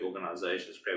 organizations